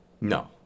No